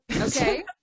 Okay